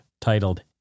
titled